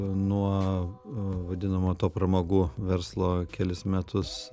nuo vadinamo to pramogų verslo kelis metus